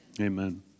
Amen